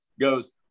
goes